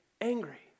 angry